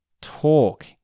talk